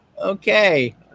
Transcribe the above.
Okay